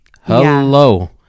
Hello